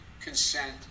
consent